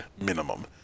minimum